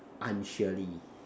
unsurely